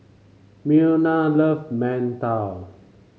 Myrna love mantou